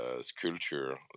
sculpture